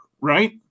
right